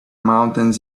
mountains